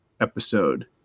episode